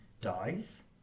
dies